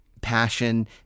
passion